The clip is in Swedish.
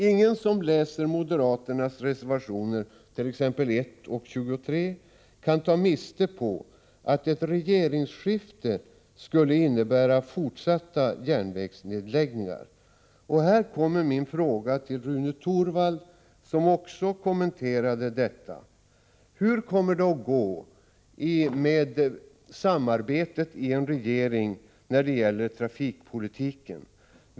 Ingen som läser moderaternas reservationer, t.ex. reservationerna 1 och 23, kan ta miste på att ett regeringsskifte skulle innebära fortsatta järnvägsnedläggningar. Här kommer min fråga till Rune Torwald, som också kommenterade detta: Hur kommer det att gå med ett samarbete i en borgerlig regering när det gäller trafikpolitiken?